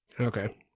Okay